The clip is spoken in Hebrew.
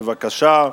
בבקשה.